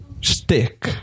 stick